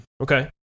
Okay